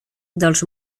dels